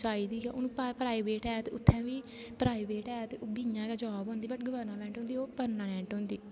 चाहिदी गै हून प्राइवेट ऐ उत्थे बी प्राईवेट ऐ ते ओह् बी इयां गै जाॅव होंदी बट गवर्नामेंट होंदी ओह् परमानैंट होंदी